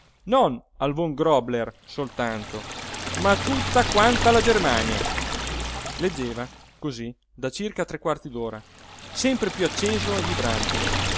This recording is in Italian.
non al von grobler soltanto ma a tutta quanta la germania leggeva cosí da circa tre quarti d'ora sempre piú acceso e vibrante